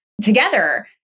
together